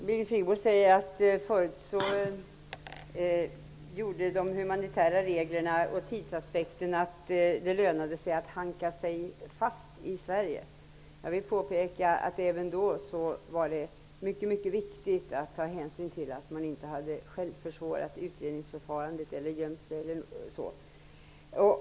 Herr talman! Birgit Friggebo säger att de humanitära skälen och tidsaspekten förut gjorde att det lönade sig att hanka sig fast i Sverige. Jag vill påpeka att det även tidigare var mycket viktigt att ta hänsyn till att man inte själv hade försvårat utredningsförfarandet eller gömt sig.